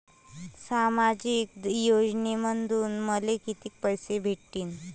सामाजिक योजनेमंधून मले कितीक पैसे भेटतीनं?